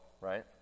right